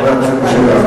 חבר הכנסת משה גפני.